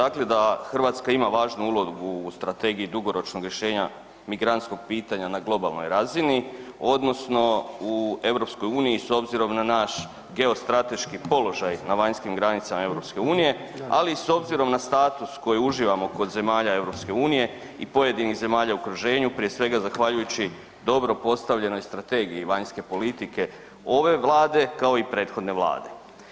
Očito je da Hrvatska ima važnu ulogu u strategiji dugoročnog rješenja migrantskog pitanja na globalnoj razini odnosno u EU s obzirom na naš geostrateški položaj na vanjskim granicama EU, ali s obzirom na status koje uživamo kod zemalja EU i pojedinih zemalja u okruženju, prije svega zahvaljujući dobro postavljenoj strategiji vanjske politike ove Vlade kao i prethodne Vlade.